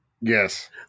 Yes